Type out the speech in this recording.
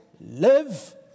live